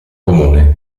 comune